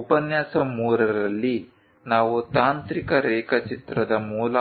ಉಪನ್ಯಾಸ 3 ರಲ್ಲಿ ನಾವು ತಾಂತ್ರಿಕ ರೇಖಾಚಿತ್ರದ ಮೂಲ